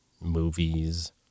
movies